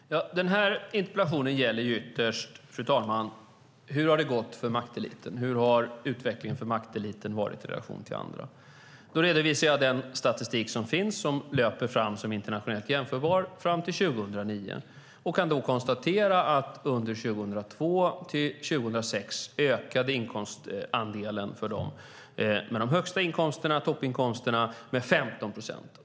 Fru talman! Den här interpellationen gäller ytterst, fru talman, hur det har gått för makteliten. Hur har utvecklingen för makteliten varit i relation till andra? Då redovisar jag den statistik som finns, som är internationellt jämförbar, som löper fram till 2009 och kan då konstatera att under perioden 2002 till 2006 ökade inkomstandelen för de med de högsta inkomsterna, toppinkomsterna, med 15 procent.